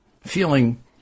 feeling